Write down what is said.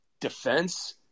defense